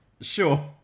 Sure